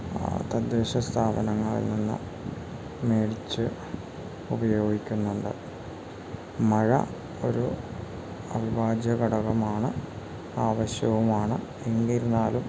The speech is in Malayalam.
തദ്ദേശ സ്ഥാപനങ്ങളിൽ നിന്ന് മേടിച്ച് ഉപയോഗിക്കുന്നുണ്ട് മഴ ഒരു അവിഭാജ്യ ഘടകമാണ് ആവശ്യവുമാണ് എന്നിരുന്നാലും